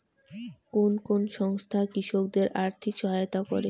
কোন কোন সংস্থা কৃষকদের আর্থিক সহায়তা করে?